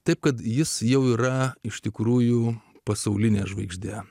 taip kad jis jau yra iš tikrųjų pasauline žvaigžde